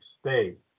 state